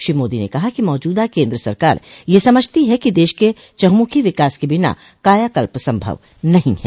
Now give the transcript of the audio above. श्री मोदी ने कहा कि मौजूदा केन्द्र सरकार यह समझती है कि देश के चहुंमुखी विकास के बिना कायाकल्प संभव नहीं है